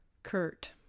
Kurt